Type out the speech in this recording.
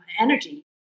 energy